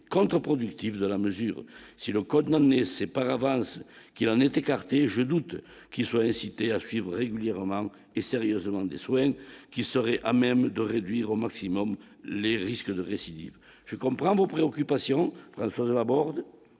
l'effet productif de la mesure, si le code n'sait par avance qu'il en est écarté et je doute qu'ils soient incités à suivre régulièrement et sérieusement des swing qui serait à même de réduire au maximum les risques de récidive, je comprend vos préoccupations Françoise Laborde